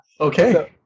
Okay